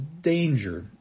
danger